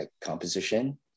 composition